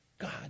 God